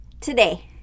Today